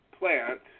plant